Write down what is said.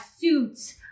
suits